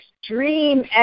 extreme